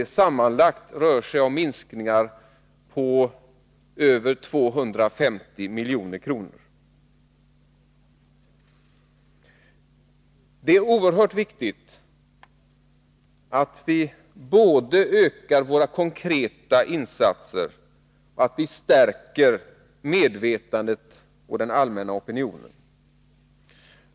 Sammanlagt rör det sig om minskningar på över 250 milj.kr. Det är oerhört viktigt både att vi ökar våra konkreta insatser och att vi stärker medvetandet och den allmänna opinionen.